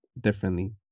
differently